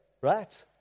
right